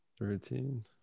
routine